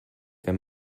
wenn